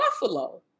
Buffalo